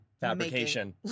fabrication